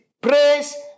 praise